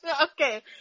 okay